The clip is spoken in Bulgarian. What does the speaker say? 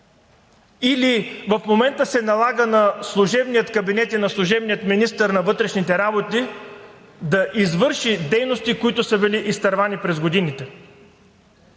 или в момента се налага на служебния кабинет и на служебния министър на вътрешните работи да извърши дейности, които са били изтървани през годините?